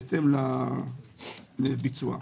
בהתאם לביצוע.